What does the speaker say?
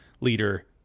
leader